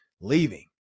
leaving